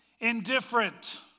indifferent